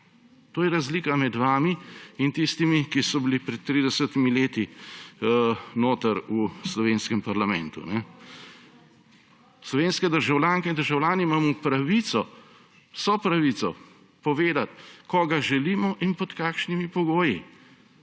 To je razlika med vami in tistimi, ki so bili pred 30-imi leti v slovenskem parlamentu. / oglašanje iz dvorane/ Slovenske državljanke in državljani imamo pravico, vso pravico, povedati, koga želimo in pod kakšnimi pogoji,